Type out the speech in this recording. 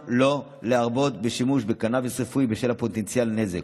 שלא להרבות בשימוש בקנביס רפואי בשל פוטנציאל הנזק,